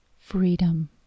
freedom